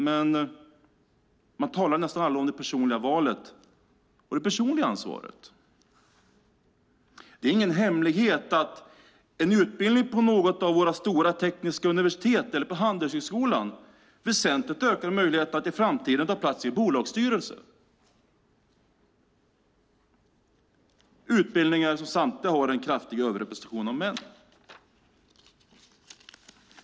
Men, man talar nästan aldrig om det personliga valet och det personliga ansvaret. Det är ingen hemlighet att en utbildning på något av våra stora tekniska universitet eller på handelshögskolan väsentligt ökar möjligheterna att i framtiden ta plats i en bolagsstyrelse. Samtliga utbildningar har en kraftig överrepresentation av män.